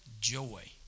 joy